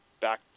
back